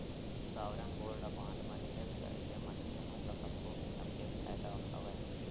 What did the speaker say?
sovereign gold bond म निवेस करे ले मनखे मन ल कतको किसम के फायदा हवय